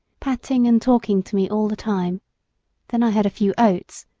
patting and talking to me all the time then i had a few oats,